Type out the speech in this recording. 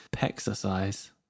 exercise